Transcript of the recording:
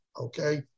okay